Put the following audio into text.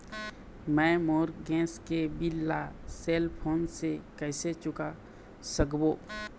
मैं मोर गैस के बिल ला सेल फोन से कइसे चुका सकबो?